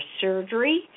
surgery